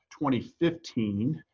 2015